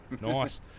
Nice